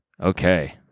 Okay